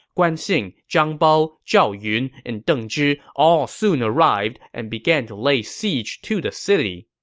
guan xing, zhang bao, zhao yun, and deng zhi all soon arrived and began to lay siege to the city.